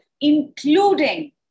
including